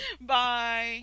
Bye